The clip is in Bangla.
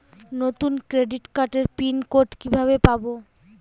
নতুন ক্রেডিট কার্ডের পিন কোড কিভাবে পাব?